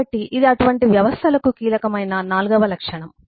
కాబట్టి ఇది అటువంటి వ్యవస్థలకు కీలకమైన నాల్గవ లక్షణం